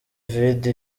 vidi